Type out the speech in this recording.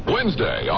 Wednesday